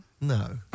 No